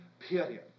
period